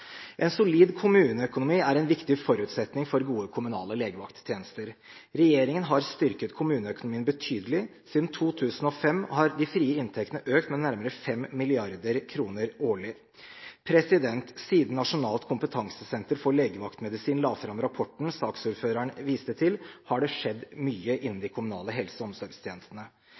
En solid kommuneøkonomi er en viktig forutsetning for gode kommunale legevakttjenester. Regjeringen har styrket kommuneøkonomien betydelig. Siden 2005 har de frie inntekter økt med nærmere 5 mrd. kr årlig. Siden Nasjonalt kompetansesenter for legevaktmedisin la fram rapporten som saksordføreren viste til, har det skjedd mye innen de kommunale helse- og omsorgstjenestene.